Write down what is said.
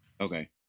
Okay